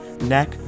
neck